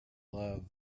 love